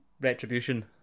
retribution